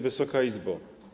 Wysoka Izbo!